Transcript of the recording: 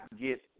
Get